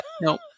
nope